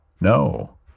No